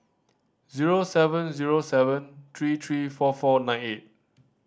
zero seven zero seven three three four four nine eight